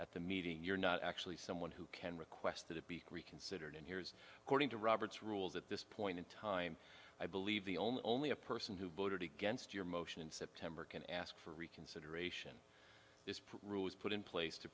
at the meeting you're not actually someone who can request that it be reconsidered and here's cording to robert's rules at this point in time i believe the only a person who voted against your motion in september can ask for reconsideration this rule is put in place to